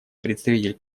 представитель